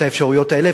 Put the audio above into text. את האפשרויות האלה,